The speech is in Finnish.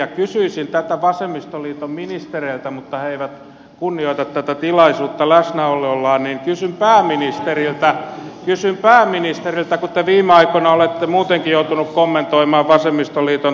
kysyisin tätä vasemmistoliiton ministereiltä mutta kun he eivät kunnioita tätä tilaisuutta läsnäolollaan niin kysyn pääministeriltä kun te viime aikoina olette muutenkin joutunut kommentoimaan vasemmistoliiton tekemisiä